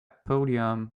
podium